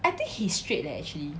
I think he's straight leh actually